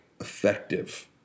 effective